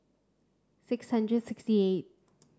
six hundred sixty eight